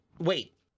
Wait